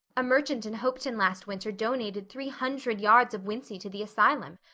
a merchant in hopeton last winter donated three hundred yards of wincey to the asylum.